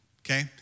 okay